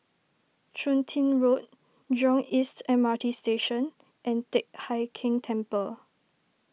Chun Tin Road Jurong East M R T Station and Teck Hai Keng Temple